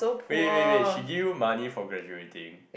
wait wait wait she give you money for graduating